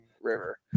river